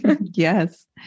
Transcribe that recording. Yes